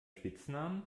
spitznamen